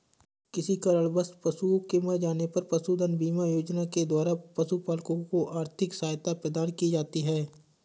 किसी कारणवश पशुओं के मर जाने पर पशुधन बीमा योजना के द्वारा पशुपालकों को आर्थिक सहायता प्रदान की जाती है